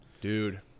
Dude